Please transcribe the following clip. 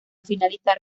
finalizar